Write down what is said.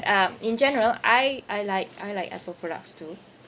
um in general I I like I like Apple products too